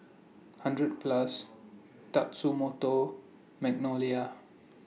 hundred Plus Tatsumoto Magnolia